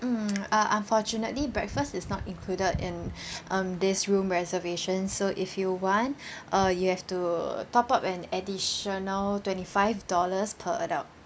mm uh unfortunately breakfast is not included in um this room reservation so if you want uh you have to top up an additional twenty five dollars per adult